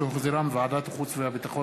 שהחזירה ועדת החוץ והביטחון.